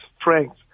strength